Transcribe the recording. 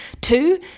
two